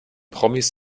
promis